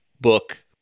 book